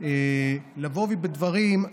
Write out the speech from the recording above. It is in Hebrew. לבוא בדברים,